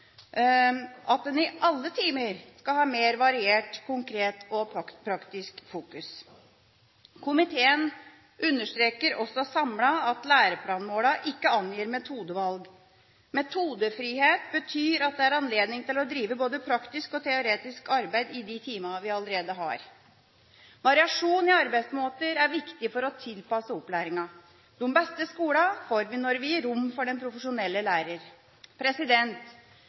at en i alle timer skal ha mer variert, konkret og praktisk fokus. Komiteen understreker også samlet at læreplanmålene ikke angir metodevalg. Metodefrihet betyr at det er anledning til å drive både praktisk og teoretisk arbeid i de timene en allerede har. Variasjon i arbeidsmåter er viktig for å tilpasse opplæringen. De beste skolene får vi når vi gir rom for den profesjonelle lærer.